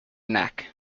neck